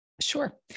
Sure